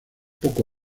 poco